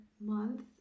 month